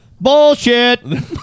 Bullshit